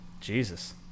Jesus